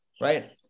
right